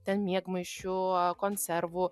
ten miegmaišių konservų